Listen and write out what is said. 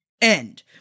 end